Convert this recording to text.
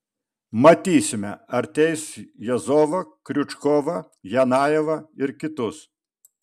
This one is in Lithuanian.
matysime ar teis jazovą kriučkovą janajevą ir kitus